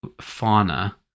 fauna